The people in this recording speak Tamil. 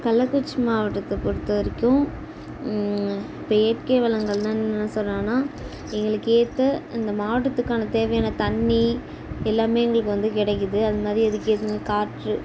கள்ளக்குறிச்சி மாவட்டத்தை பொருத்தவரைக்கும் இப்போ இயற்கை வளங்கள்னால் என்னென்ன சொல்லலாம்னா எங்களுக்கு ஏற்ற அந்த மாவட்டத்துக்கான தேவையான தண்ணீர் எல்லாமே எங்களுக்கு வந்து கிடைக்குது அது மாதிரி அதுக்கேற்ற மாதிரி காற்று